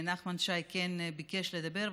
נחמן שי כן ביקש לדבר,